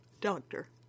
Doctor